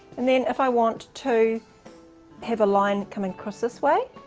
and then if i want to have a line coming across this way,